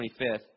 25th